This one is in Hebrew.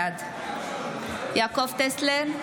בעד יעקב טסלר,